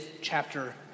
chapter